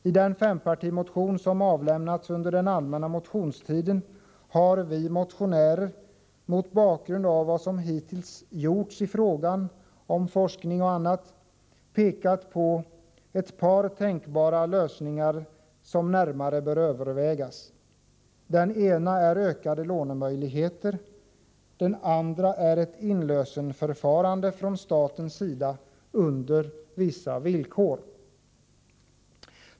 I den fempartimotion som avlämnats under den allmänna motionstiden har vi motionärer mot bakgrund av vad som hittills gjorts i fråga om forskning och annat pekat på ett par tänkbara lösningar som närmare bör övervägas. Den ena är ökade lånemöjligheter. Den andra är ett inlösenförfarande från statens sida på vissa villkor.